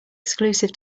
exclusive